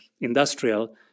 industrial